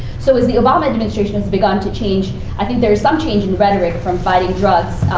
so as the obama administration has begun to change i think there's some change in rhetoric from fighting drugs